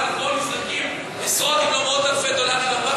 אבל פה נזרקים עשרות ומאות אלפי דולרים לפח,